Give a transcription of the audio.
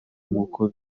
nk’uko